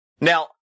Now